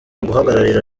guhagararira